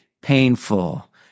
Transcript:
painful